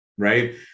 right